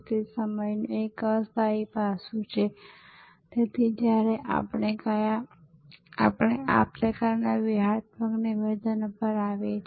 તેથી તે તમારા ઉપનગરીય ઘરમાંથી એકત્રિત કરવામાં આવે છે અને પછી મુંબઈના શહેરના કેન્દ્રમાં મુંબઈના ઑફિસ વિસ્તારને પહોંચાડવામાં આવે છે